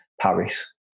Paris